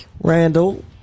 Randall